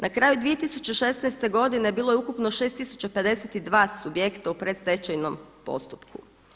Na kraju 2016. godine bilo je ukupno 6052 subjekata u predstečajnom postupku.